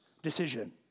Decision